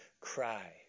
cry